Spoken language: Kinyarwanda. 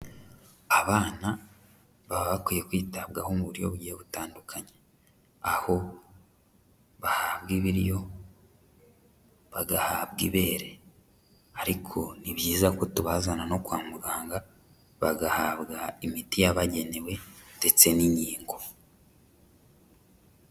Abana baba bakwiye kwitabwaho mu buryo bugiye butandukanye, aho bahabwa ibiryo bagahabwa ibere ariko ni byiza ko tubazana no kwa muganga, bagahabwa imiti yabagenewe ndetse n'inkingo.